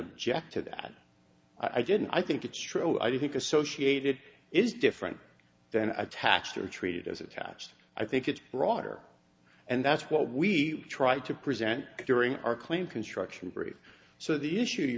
object to that i didn't i think it's true i do think associated is different then attached or treated as attached i think it's broader and that's what we try to present during our claim construction brief so the issue